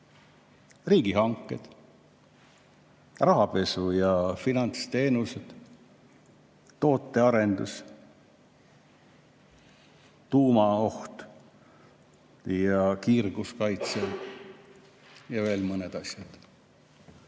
riigihanked, rahapesu ja finantsteenused, tootearendus, tuumaoht ja kiirguskaitse ning veel mõned asjad.